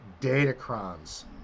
Datacrons